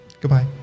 Goodbye